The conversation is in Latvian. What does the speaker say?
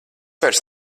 vairs